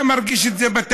אתה מרגיש את זה בתקציבים,